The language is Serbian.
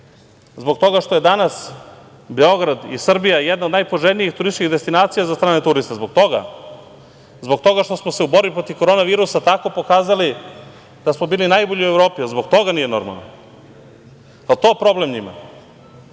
Zbog toga što je danas Beograd i Srbija jedna od najpoželjnijih turističkih destinacija za strane turiste? Jel zbog toga? Zbog toga što smo se u borbi protiv korona virusa tako pokazali da smo bili najbolji u Evropi? Jel zbog toga nije normalan? Jel to problem njima? Kada